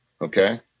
Okay